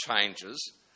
changes